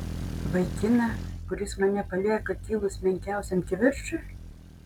vaikiną kuris mane palieka kilus menkiausiam kivirčui